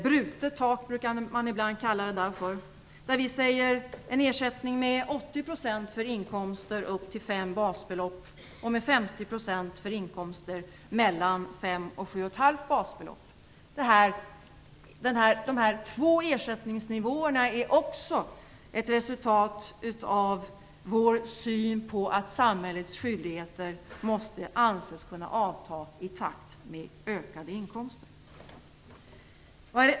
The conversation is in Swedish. Brutet tak kallas det ibland för. Vi talar om en ersättning med 80 % för inkomster upp till 5 basbelopp och med 50 % för inkomster mellan 5 och 7,5 basbelopp. De här två ersättningsnivåerna är också ett resultat av vår syn på att samhällets skyldigheter måste anses kunna avta i takt med ökade inkomster.